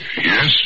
Yes